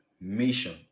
mission